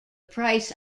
price